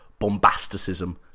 bombasticism